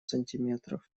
сантиметров